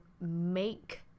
make